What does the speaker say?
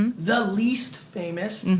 um the least famous,